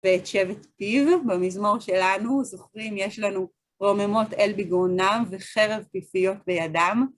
ואת שבט פיר במזמור שלנו, זוכרים, יש לנו רוממות אל בגרונם וחרב פיפיות בידם.